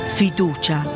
fiducia